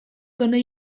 done